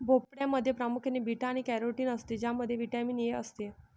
भोपळ्यामध्ये प्रामुख्याने बीटा आणि कॅरोटीन असते ज्यामध्ये व्हिटॅमिन ए असते